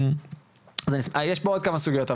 יש פה עוד כמה סוגיות,